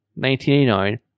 1989